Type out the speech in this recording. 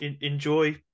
enjoy